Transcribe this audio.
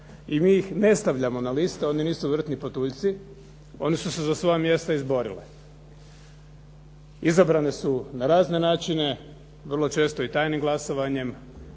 i mi ih ne stavljamo na listu oni nisu vrtni patuljci, oni su se za svoja mjesta izborile. Izabrane su na razne načine, vrlo često i tajnim glasovanjem